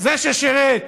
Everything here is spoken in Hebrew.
זה ששירת